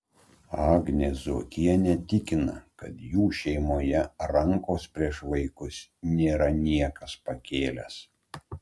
agnė zuokienė tikina kad jų šeimoje rankos prieš vaikus nėra niekas pakėlęs